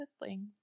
whistling